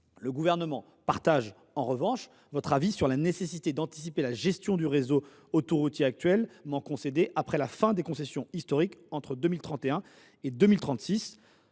Le Gouvernement partage, en revanche, votre avis sur la nécessité d’anticiper la gestion du réseau autoroutier actuellement concédé après la fin des concessions historiques entre 2031 et 2036.